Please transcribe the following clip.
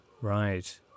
Right